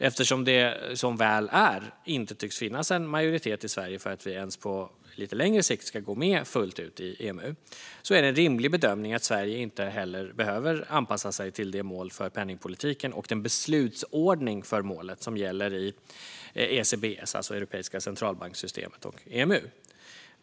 Eftersom det - som väl är - inte tycks finnas en majoritet i Sverige för att vi ens på lite längre sikt ska gå med fullt ut i EMU är det en rimlig bedömning att Sverige inte heller behöver anpassa sig till det mål för penningpolitiken och den beslutsordning för målet som gäller i ECBS, alltså det europeiska centralbankssystemet, och EMU.